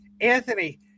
Anthony